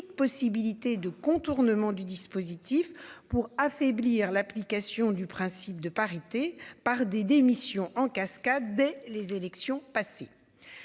possibilité de contournement du dispositif pour affaiblir l'application du principe de parité par des démissions en cascade, dès les élections passées.